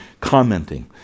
commenting